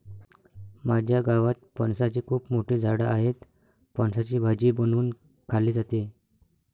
माझ्या गावात फणसाची खूप मोठी झाडं आहेत, फणसाची भाजी बनवून खाल्ली जाते